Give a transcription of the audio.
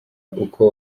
uko